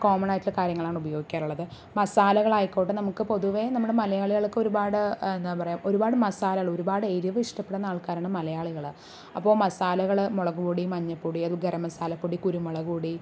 കോമ്മണായിട്ടുള്ള കാര്യങ്ങളാണ് ഉപയോഗിക്കാറുള്ളത് മസാലകൾ ആയിക്കോട്ടെ നമുക്ക് പൊതുവേ നമ്മൾ മലയാളികൾക്ക് ഒരുപാട് എന്താ പറയുക ഒരുപാട് മസാലകൾ ഒരുപാട് എരിവ് ഇഷ്ടപ്പെടുന്ന ആൾക്കാരാണ് മലയാളികൾ അപ്പോൾ മസാലകൾ മുളക് പൊടി മഞ്ഞൾ പൊടി ഗരം മസാല പൊടി കുരുമുളക് പൊടി